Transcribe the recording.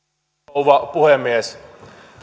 rouva puhemies